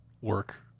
work